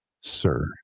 sir